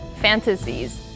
fantasies